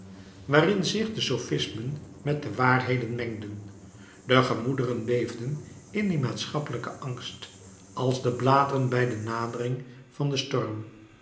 waarin zich de sophismen met de waarheden mengden de gemoederen beefden in dien maatschappelijken angst als de bladeren bij de nadering van den storm